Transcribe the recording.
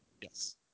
Yes